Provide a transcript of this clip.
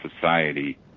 society